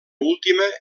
última